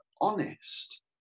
honest